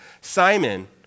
Simon